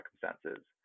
circumstances